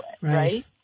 right